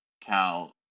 Cal